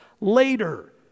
later